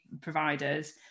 providers